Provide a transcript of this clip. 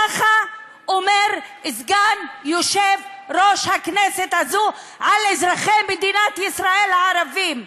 ככה אומר סגן יושב-ראש הכנסת הזאת על אזרחי מדינת ישראל הערבים.